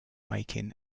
making